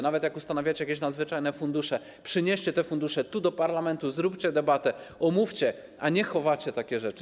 Nawet jak ustanawiacie jakieś nadzwyczajne fundusze, przynieście te fundusze tu, do parlamentu, zróbcie debatę, omówcie, a nie chowacie takie rzeczy.